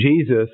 Jesus